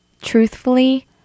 Truthfully